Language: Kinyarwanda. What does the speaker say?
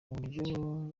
uburyo